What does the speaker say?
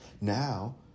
Now